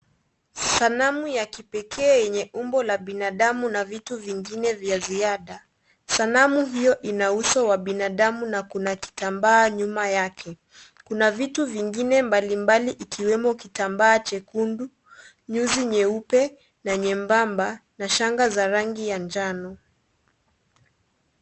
Sanamu ya kipekee yenye umbo la binadamu na vitu vingine vya ziada, sanamu hiyo ina uso wa binadamu na kuna kitambaa nyuma yake, kuna vitu vingine mbali mbali ikiwemo kitambaa chekundu, nyuzi nyeupe na nyembamba na shanga za rangi ya njano.